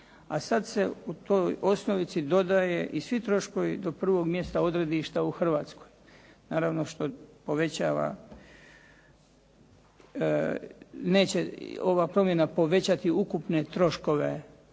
a sad se u toj osnovici dodaje i svi troškovi do prvog mjesta odredišta u Hrvatskoj, naravno što povećava, neće ova promjena povećati ukupne troškove